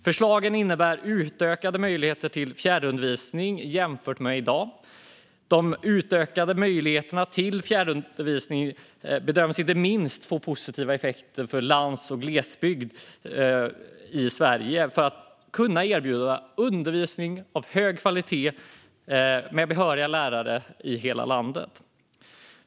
Förslagen innebär utökade möjligheter till fjärrundervisning jämfört med i dag. De utökade möjligheterna till fjärrundervisning bedöms inte minst få positiva effekter för lands och glesbygd i Sverige när det gäller att kunna erbjuda undervisning av hög kvalitet med behöriga lärare i hela landet.